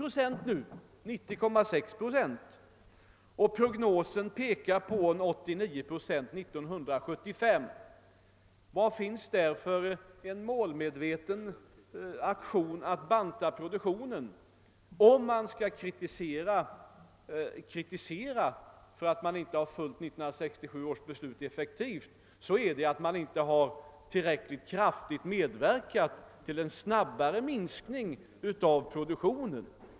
Prognosen pekar på att vi har en självförsörjningsgrad på 89 procent år 1975. Tyder detta på en målmedveten strävan att banta produktionen? Nej, om man skall kritisera oss för att vi inte har följt 1967 års beslut, så kan man tvärtom peka på att vi inte tillräckligt kraftigt har medverkat till en minskning av produktionen.